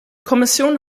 kommission